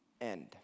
end